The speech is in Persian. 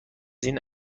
این